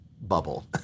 bubble